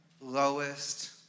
lowest